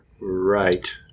Right